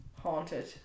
Haunted